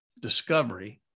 discovery